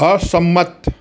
અસંમત